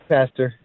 Pastor